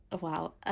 wow